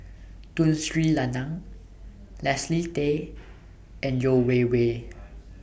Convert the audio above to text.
Tun Sri Lanang Leslie Tay and Yeo Wei Wei